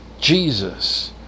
Jesus